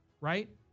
right